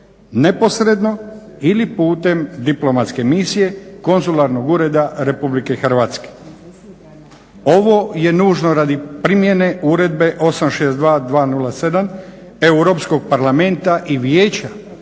neposredno ili putem diplomatske misije, konzularnog ureda Republike Hrvatske. Ovo je nužno radi primjene Uredbe 862/2007 Europskog parlamenta i Vijeća